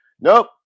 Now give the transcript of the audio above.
Nope